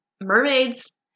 Mermaids